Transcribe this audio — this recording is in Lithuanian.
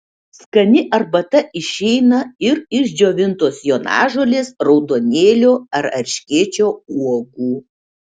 skani arbata išeina ir iš džiovintos jonažolės raudonėlio ar erškėčio uogų